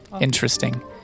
interesting